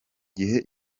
gihe